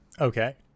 Okay